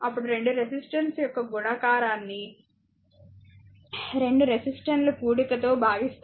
అప్పుడు 2 రెసిస్టెన్స్ యొక్క గుణకారాన్ని 2 రెసిస్టెన్స్ల కూడిక తో భాగిస్తారు